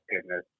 goodness